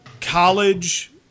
college